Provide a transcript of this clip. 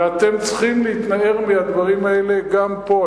ואתם צריכים להתנער מהדברים האלה גם פה,